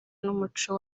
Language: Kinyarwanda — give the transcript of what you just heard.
n’umuco